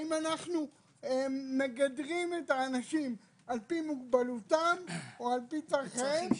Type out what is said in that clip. האם אנחנו מגדרים את האנשים על פי מוגבלותם או על פי צרכיהם,